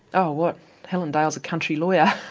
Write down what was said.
oh, well helen dale's a country lawyer.